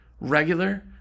regular